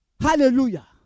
Hallelujah